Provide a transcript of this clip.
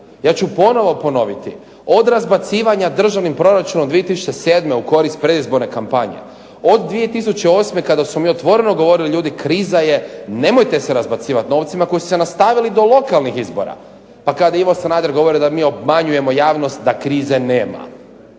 Ja ću ponovno ponoviti od razbacivanja državnim proračunom u korist predizborne kampanje, od 2008. kada smo mi otvoreno govorili ljudi kriza je, nemojte se razbacivati novcima koji su se nastavili do lokalnih izbora. Pa kada je Ivo Sanader govorio da mi obmanjujemo javnost da krize nema.